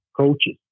coaches